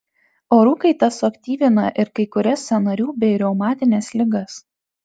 orų kaita suaktyvina ir kai kurias sąnarių bei reumatines ligas